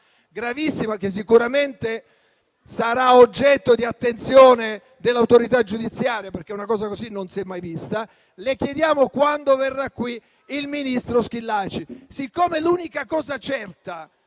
gravissima, che sicuramente sarà oggetto di attenzione dell'autorità giudiziaria, perché una cosa del genere non si è mai vista. Le chiediamo quando verrà qui il ministro Schillaci. Siccome l'unica cosa certa,